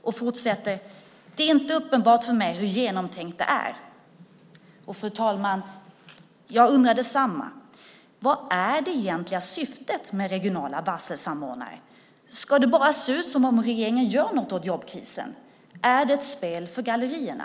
Och han fortsätter: "Det är inte uppenbart för mig hur genomtänkt det är". Fru talman! Jag undrar detsamma. Vad är det egentliga syftet med regionala varselsamordnare? Ska det bara se ut som om regeringen gör något åt jobbkrisen? Är det ett spel för gallerierna?